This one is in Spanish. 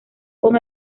con